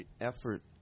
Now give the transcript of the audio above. effort